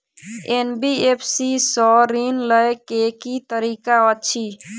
NBFC सँ ऋण लय केँ की तरीका अछि?